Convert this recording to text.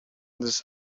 this